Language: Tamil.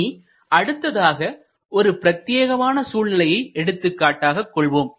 இனி அடுத்ததாக ஒரு பிரத்தியேக சூழ்நிலையை எடுத்துக்காட்டாக கொள்வோம்